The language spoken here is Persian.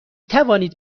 توانید